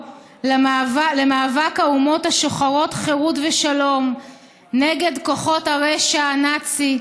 למאבק האומות השוחרות חירות ושלום נגד כוחות הרשע הנאצי,